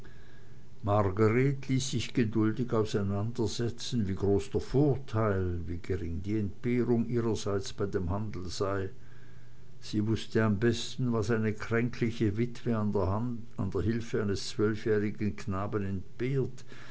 margreth ließ sich geduldig auseinandersetzen wie groß der vorteil wie gering die entbehrung ihrerseits bei dem handel sei sie wußte am besten was eine kränkliche witwe an der hülfe eines zwölfjährigen knaben